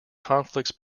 conflicts